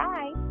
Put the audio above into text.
Bye